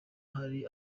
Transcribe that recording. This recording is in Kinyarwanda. hari